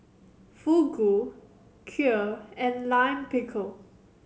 Fugu Kheer and Lime Pickle